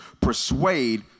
persuade